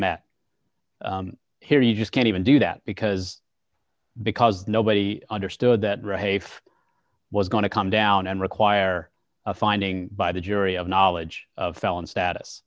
met here you just can't even do that because because nobody understood that race was going to come down and require a finding by the jury of knowledge of felon status